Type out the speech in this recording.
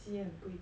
有很贵